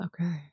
Okay